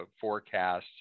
forecasts